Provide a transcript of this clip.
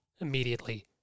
immediately